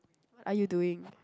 what are you doing